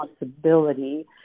responsibility